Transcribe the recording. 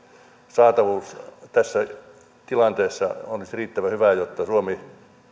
saatavuus tässä tilanteessa olisi riittävän hyvää jotta suomi